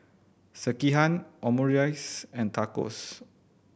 Sekihan Omurice and Tacos